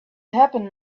happened